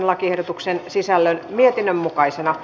lakiehdotuksen sisällön mietinnön mukaisena